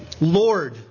Lord